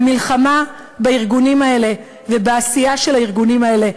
המלחמה בארגונים האלה ובעשייה של הארגונים האלה,